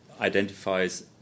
identifies